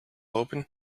open